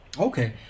Okay